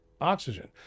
Oxygen